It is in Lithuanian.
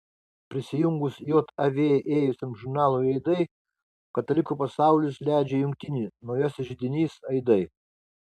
prisijungus jav ėjusiam žurnalui aidai katalikų pasaulis leidžia jungtinį naujasis židinys aidai